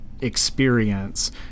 experience